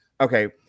okay